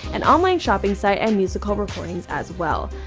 an online shopping site, and musical recordings as well.